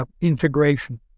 Integration